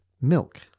milk